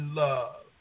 love